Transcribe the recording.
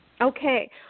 Okay